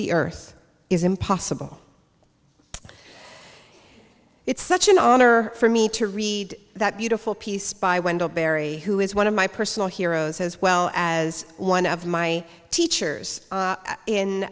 the earth is impossible it's such an honor for me to read that beautiful piece by wendell berry who is one of my personal heroes as well as one of my teachers